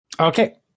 Okay